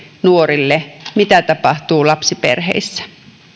nuorille mitä tapahtuu lapsiperheissä